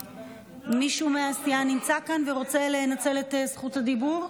מישהו מהסיעה נמצא כאן ורוצה לנצל את זכות הדיבור?